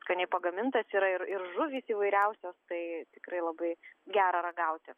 skaniai pagamintas yra ir ir žuvys įvairiausios tai tikrai labai gera ragauti